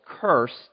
cursed